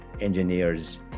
engineers